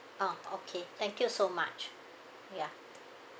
oh okay thank you so much ya